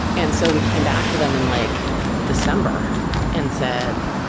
and so we came back to them in like december and said,